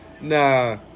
nah